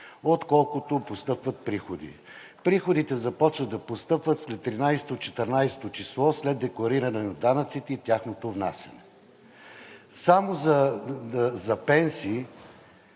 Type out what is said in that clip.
отколкото постъпват приходи. Приходите започват да постъпват след 13-о – 14 о число, след деклариране на данъците и тяхното внасяне. Само за пенсии